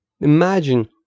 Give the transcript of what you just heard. imagine